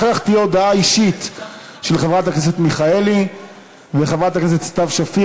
אחר כך תהיה הודעה אישית של חברת הכנסת מיכאלי וחברת הכנסת סתיו שפיר.